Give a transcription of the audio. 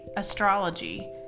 astrology